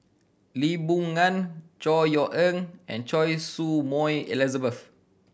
Lee Boon Ngan Chor Yeok Eng and Choy Su Moi Elizabeth